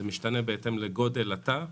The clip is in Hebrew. זה משתנה בהתאם לגודל התא.